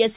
S